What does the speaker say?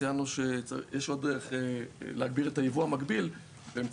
ציינו שיש עוד דרך להגביל את היבוא המקביל באמצעות